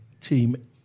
team